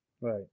Right